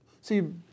See